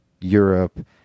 Europe